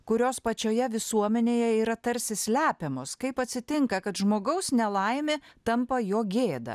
kurios pačioje visuomenėje yra tarsi slepiamos kaip atsitinka kad žmogaus nelaimė tampa jo gėda